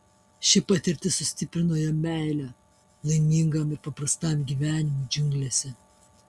ši patirtis sustiprino jo meilę laimingam ir paprastam gyvenimui džiunglėse